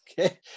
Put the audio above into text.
okay